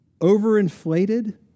overinflated